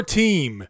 team